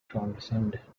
transcend